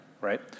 right